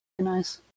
nice